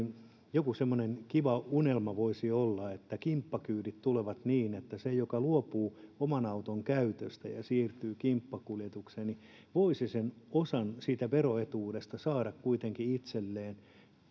joku semmoinen kiva unelma voisi olla että kimppakyydit tulevat niin että se joka luopuu oman auton käytöstä ja siirtyy kimppakuljetukseen voisi osan siitä veroetuudesta saada kuitenkin itselleen ja se